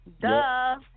Duh